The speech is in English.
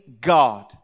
God